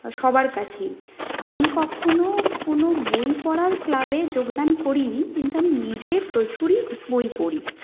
সবার কাছেই আমি কখনও কোন বই পড়ার ক্লাবে যোগদান করিনি কিন্তু আমি নিজে প্রচুরই বই পড়ি